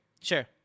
Sure